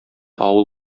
авыл